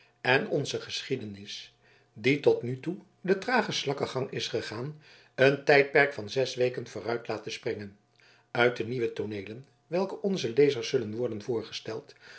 en onze geschiedenis die tot nu toe den tragen slakkengang is gegaan een tijdperk van zes weken vooruit laten springen uit de nieuwe tooneelen welke onzen lezers zullen worden voorgesteld